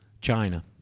china